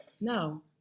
No